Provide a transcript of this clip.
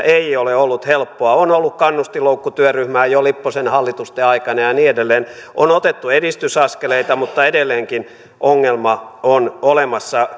ei ole ollut helppoa on ollut kannustinloukkutyöryhmää jo lipposen hallitusten aikana ja niin edelleen on otettu edistysaskeleita mutta edelleenkin ongelma on olemassa